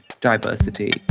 diversity